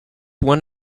one